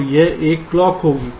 और यह एक क्लॉक होगी